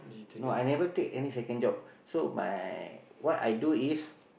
no I never take any second job so my what i do is